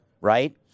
right